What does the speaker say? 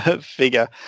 figure